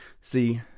See